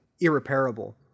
irreparable